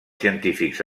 científics